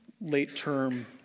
late-term